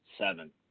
seven